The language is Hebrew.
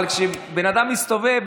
אבל כשבן אדם מסתובב,